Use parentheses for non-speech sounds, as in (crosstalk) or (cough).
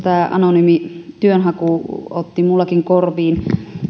(unintelligible) tämä anonyymi työnhaku otti minullakin korviin